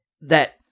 that-